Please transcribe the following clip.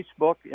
Facebook